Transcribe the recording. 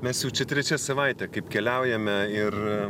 mes jau čia trečia savaitė kaip keliaujame ir